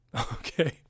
Okay